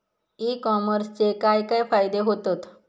E कॉमर्सचे काय काय फायदे होतत?